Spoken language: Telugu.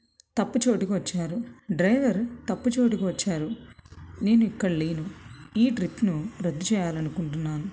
తప్పుచోటుకి వచ్చారు డ్రైవర్ తప్పుచోటికి వచ్చారు నేను ఇక్కడ లేను ఈ ట్రిప్ను రద్దు చేయాలనుకుంటున్నాను